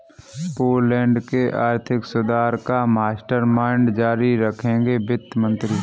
Poland के आर्थिक सुधार का मास्टरमाइंड जारी रखेंगे वित्त मंत्री